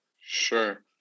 Sure